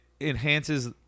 enhances